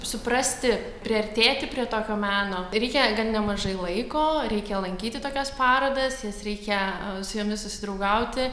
suprasti priartėti prie tokio meno reikia gan nemažai laiko reikia lankyti tokias parodas jas reikia su jomis susidraugauti